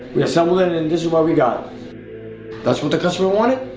we assembled it and this is what we got that's what the customer wanted,